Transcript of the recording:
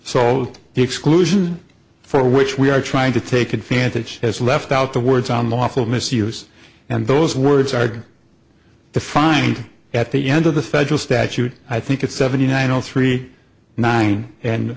so the exclusion for which we are trying to take advantage has left out the words on lawful misuse and those words are the find at the end of the federal statute i think it's seventy nine zero three nine and